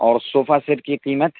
اور sofa set کی قیمت